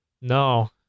No